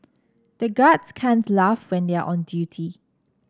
the guards can't laugh when they are on duty